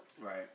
Right